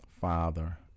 father